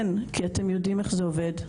כן, כי אתם יודעים איך זה עובד.